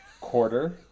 Quarter